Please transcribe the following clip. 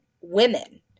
women